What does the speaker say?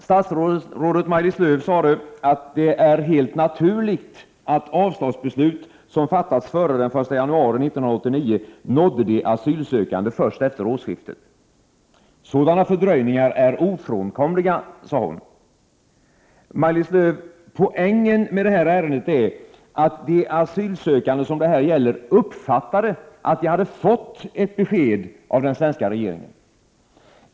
Statsrådet Maj-Lis Lööw sade att det är helt naturligt att avslagsbeslut som fattats före den 1 januari 1989 nådde de asylsökande först efter årsskiftet. Sådana fördröjningar är ofrånkomliga, sade hon. Maj-Lis Lööw, poängen med det här ärendet är att de asylsökande som det här gäller uppfattade att de hade fått ett besked av den svenska regeringen.